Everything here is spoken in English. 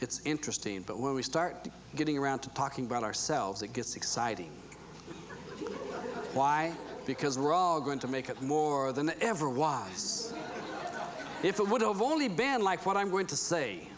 it's interesting but when we start getting around to talking about ourselves it gets exciting why because we're all going to make it more than ever why yes if it would have only been like what i'm going to say